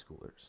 schoolers